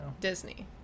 Disney